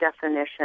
definition